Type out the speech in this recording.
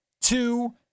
two